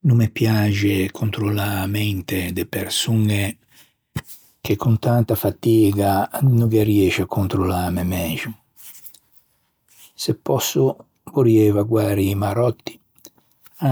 No me piaxe controllâ a mente de persoñe che con tanta fatiga no ghe riëscio a controllâ me mæximo. Se pòsso, vorrieiva guarî i maròtti,